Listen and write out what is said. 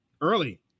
early